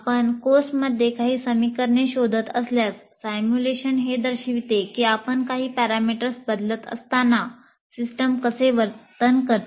आपण कोर्समध्ये काही समीकरणे शोधत असल्यास सिम्युलेशन हे दर्शविते की आपण काही पॅरामीटर्स बदलत असताना सिस्टम कसे वर्तन करते